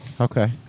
Okay